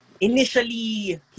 Initially